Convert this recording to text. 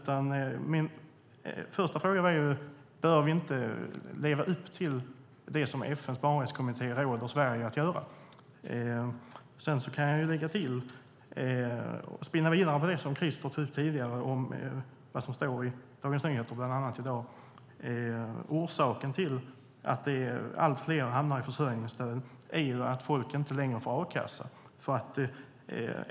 Min första fråga var: Bör vi inte leva upp till det som FN:s barnrättskommitté råder Sverige att göra? Sedan kan jag spinna vidare på det som Christer Engelhardt tog upp tidigare om vad som står bland annat i Dagens Nyheter i dag. Orsaken till att allt fler hamnar i försörjningsstöd är att folk inte längre får a-kassa.